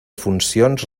funcions